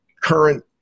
current